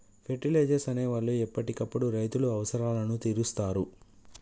fertilisers అనే వాళ్ళు ఎప్పటికప్పుడు రైతుల అవసరాలను తీరుస్తారు